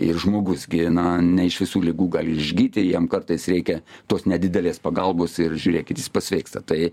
ir žmogus gi na ne iš visų ligų gali išgyti jam kartais reikia tos nedidelės pagalbos ir žiūrėkit jis pasveiksta tai